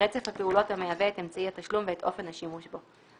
רצף הפעולות המהווה את אמצעי התשלום ואופן השימוש בו,